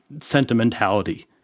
sentimentality